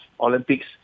Olympics